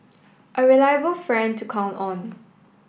a reliable friend to count on